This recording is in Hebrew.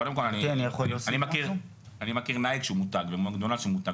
קודם כל אני מכיר "נייק" שהוא מותג ו"מקדונלד" שהוא מותג,